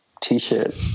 T-shirt